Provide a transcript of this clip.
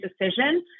decision